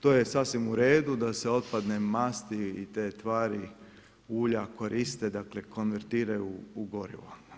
To je sasvim u redu da se otpadne masti i te tvari, ulja koriste, dakle konvertiraju u gorivo.